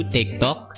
TikTok